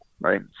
right